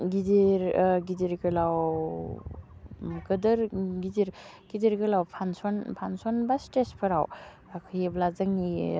गिदिर गिदिर गोलाव गोदोर गिदिर गिदिर गोलाव फान्सन फान्सन बा स्टेजफोराव गाखोयोब्ला जोंनि